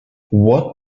what